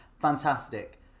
fantastic